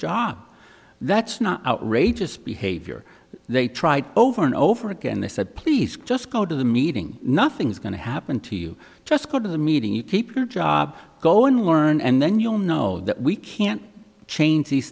job that's not outrageous behavior they tried over and over again they said please just go to the meeting nothing is going to happen to you just go to the meeting you keep your job go and learn and then you'll know that we can't change the